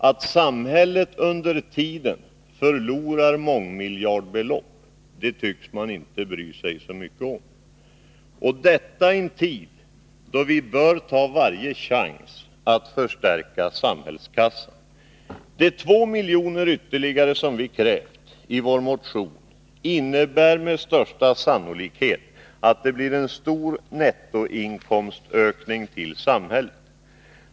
Att samhället under tiden förlorar mångmiljardbelopp tycks man inte bry sig mycket om. Och detta i en tid, då vi bör ta varje chans att förstärka samhällskassan. De 2 milj.kr. ytterligare som vi krävt i vår motion innebär med största sannolikhet att det blir en stor nettoinkomstökning till samhället.